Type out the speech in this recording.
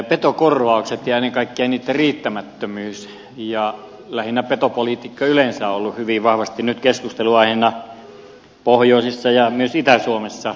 petokorvaukset ja ennen kaikkea niitten riittämättömyys ja lähinnä petopolitiikka yleensä on ollut hyvin vahvasti nyt keskustelunaiheena pohjoisessa ja myös itä suomessa